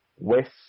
West